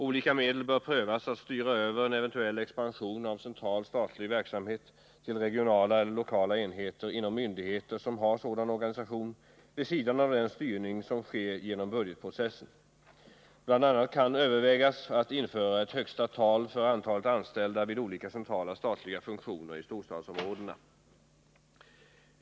Olika medel bör prövas att styra över en eventuell expansion av central statlig verksamhet till regionala eller lokala enheter inom myndigheter som har sådan organisation, vid sidan av den styrning som sker genom budgetprocessen. Bl. a. kan övervägas att införa ett högsta tal för antalet anställda vid olika centrala statliga funktioner i storstadsområdena.